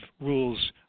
rules